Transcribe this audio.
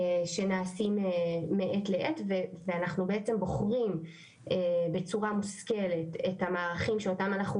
שנעשים מעת לעת ואנחנו בעצם בוחרים בצורה מושכלת את המערכים שאותם אנחנו